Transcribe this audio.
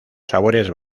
sabores